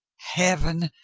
heaven!